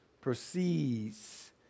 proceeds